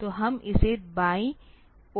तो हम इसे बाईं